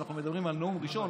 אנחנו מדברים על נאום ראשון,